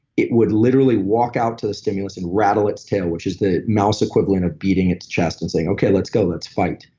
it would literally walk out to the stimulus and rattle its tail, which is the mouse equivalent of beating its chest and saying, okay, let's go. let's fight.